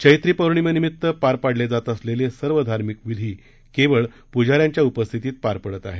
चैत्री पौर्णिमेनिमित्त पार पाडले जात असलेले सर्व धार्मिक विधी केवळ पुजाऱ्यांच्या उपस्थीतीत पार पडत आहेत